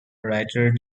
writer